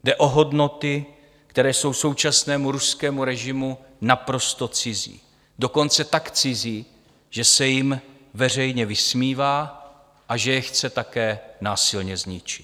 Jde o hodnoty, které jsou současnému ruskému režimu naprosto cizí, dokonce tak cizí, že se jim veřejně vysmívá a že je chce také násilně zničit.